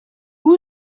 who